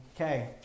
okay